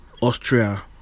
Austria